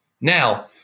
now